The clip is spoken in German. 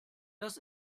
das